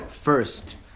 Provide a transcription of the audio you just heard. first